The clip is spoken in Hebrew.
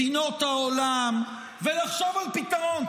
מדינות העולם, ולחשוב על פתרון.